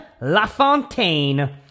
LaFontaine